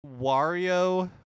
Wario